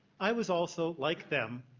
i was also like them,